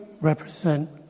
represent